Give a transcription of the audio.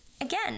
again